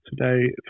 today